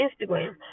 Instagram